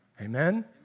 Amen